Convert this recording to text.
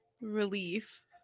Relief